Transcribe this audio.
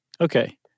Okay